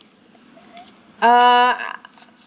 uh